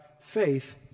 faith